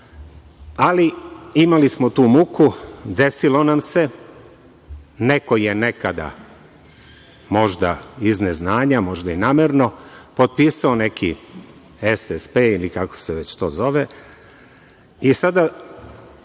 imali smo tu muku, desilo nam se, neko je nekada možda iz neznanja možda i namerno, potpisao neki SSP ili kako se već to zove, i sada